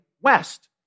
west